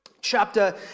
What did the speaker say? chapter